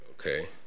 Okay